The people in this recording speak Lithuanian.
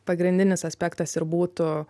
pagrindinis aspektas ir būtų